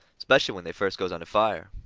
specially when they first goes under fire,